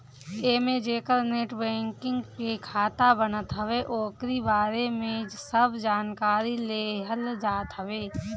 एमे जेकर net banking पे खाता बनत हवे ओकरी बारे में सब जानकारी लेहल जात हवे